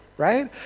right